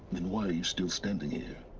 then why are you still standing here?